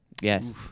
Yes